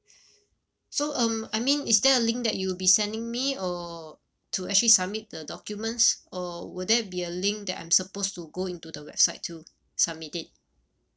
so um I mean is there a link that you'll be sending me or to actually submit the documents or will there be a link that I'm supposed to go into the website to submit it